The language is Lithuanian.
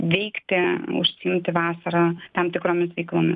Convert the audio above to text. veikti užsiimti vasarą tam tikromis veiklomis